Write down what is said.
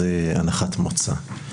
זו הנחת מוצא.